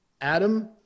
Adam